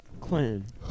Clinton